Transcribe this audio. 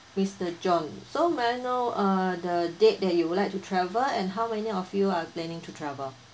mr john so may I know uh the date that you would like to travel and how many of you are planning to travel